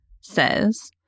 says